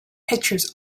pictures